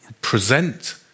present